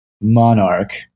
monarch